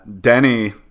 Denny